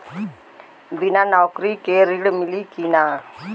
बिना नौकरी के ऋण मिली कि ना?